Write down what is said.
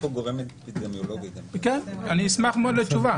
אשמח לתשובה.